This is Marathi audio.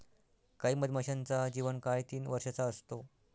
काही मधमाशांचा जीवन काळ तीन वर्षाचा असतो